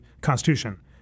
constitution